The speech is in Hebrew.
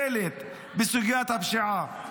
נכשלת בסוגיית הפשיעה,